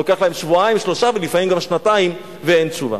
לוקח להם שבועיים ושלושה שבועות ולפעמים גם שנתיים ואין תשובה.